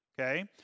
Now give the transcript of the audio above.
okay